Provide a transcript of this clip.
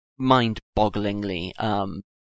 Mind-bogglingly